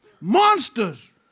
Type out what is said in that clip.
Monsters